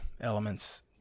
elements